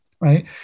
Right